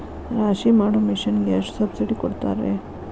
ರಾಶಿ ಮಾಡು ಮಿಷನ್ ಗೆ ಎಷ್ಟು ಸಬ್ಸಿಡಿ ಕೊಡ್ತಾರೆ?